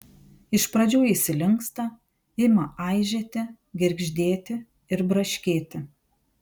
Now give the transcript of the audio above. iš pradžių jis įlinksta ima aižėti girgždėti ir braškėti